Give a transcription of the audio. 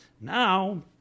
Now